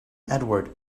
edward